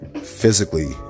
physically